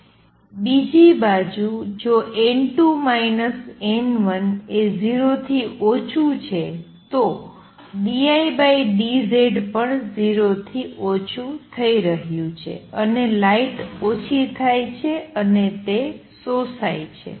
બીજી બાજુ જો n2 n1 એ 0 થી ઓછું છે તો dI dZ પણ 0 થી ઓછું થઈ રહ્યું છે અને લાઇટ ઓછી થાય છે અને તે શોષાય છે